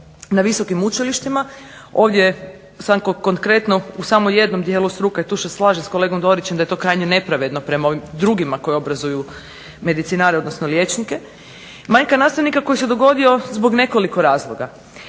na visokim učilištima. Ovdje je sada konkretno u samo jednom dijelu struke, tu se slažem s kolegom Dorićem da je to krajnje nepravedno prema ovim drugima koji obrazuju, medicinari odnosno liječnike, manjka nastavnika koji se dogodio zbog nekoliko razloga.